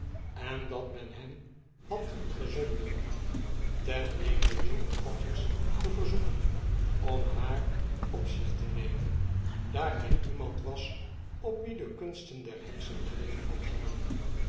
en dat men hem had gezonden ten einde john podgers te verzoeken om haar op zich te nemen daar hij iemand was op wien de kunsten der heksen geen vat hadden